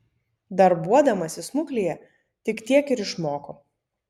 darbuodamasi smuklėje tik tiek ir išmoko